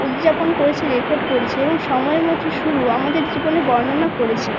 উদ্যাপন করেছে রেকর্ড করেছে এবং সময়ের মধ্যে শুরু আমাদের জীবনে বর্ণনা করেছে